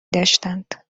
داشتند